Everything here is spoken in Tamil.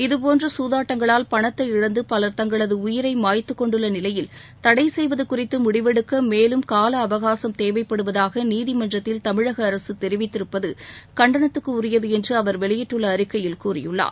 இதுபோன்ற சூதாட்டங்களால் பணத்தை இழந்து பலர் தங்களது உயிரை மாய்த்துக்கொண்டுள்ள நிலையில் தடை செய்வது குறித்து முடிவெடுக்க மேலும் கால அவகாசம் தேவைப்படுவதாக நீதிமன்றத்தில் தமிழக அரசு தெரிவித்திருப்பது கண்டனத்திற்குரியது என்று அவர் வெளியிட்டுள்ள அறிக்கையில் கூறியுள்ளார்